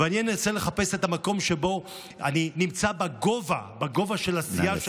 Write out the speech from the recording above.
ואני ארצה לחפש את המקום שאני נמצא בגובה של הסיעה שלך,